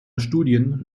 studien